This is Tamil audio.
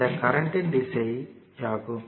இது கரண்ட்யின் திசை ஆகும்